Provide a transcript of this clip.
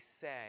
say